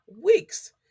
weeks